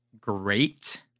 great